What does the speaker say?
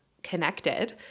connected